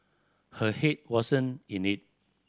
her head wasn't in it